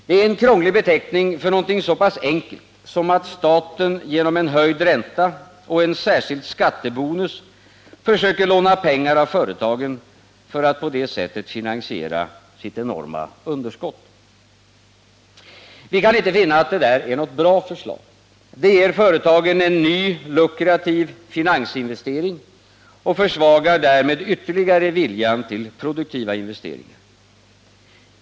Det är en krånglig beteckning för något så pass enkelt som att staten genom höjd ränta och en särskild skattebonus försöker låna pengar av företagen för att på det sättet finansiera sitt enorma underskott. Vi kan inte finna att det är något bra förslag. Det ger företagen en ny lukrativ finansinvestering och försvagar därmed ytterligare viljan till produktiva investeringar.